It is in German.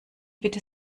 bitte